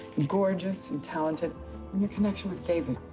gorgeous, intelligent. and your connection with david.